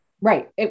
Right